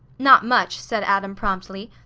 not much! said adam, promptly.